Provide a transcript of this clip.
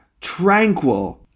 tranquil